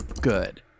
Good